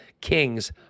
Kings